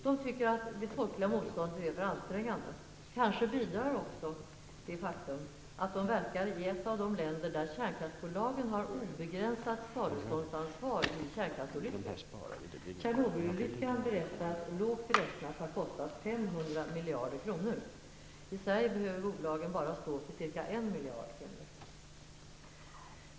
De tycker att det folkliga motståndet är för ansträngande. Kanske bidrar också det faktum att de verkar i ett av de länder där kärnkraftsbolagen har obegränsat skadeståndsansvar vid kärnkraftsolyckor. Tjernobylolyckan beräknas lågt räknat ha kostat 500 miljarder kronor. I Sverige behöver bolagen bara stå för ca 1 miljard.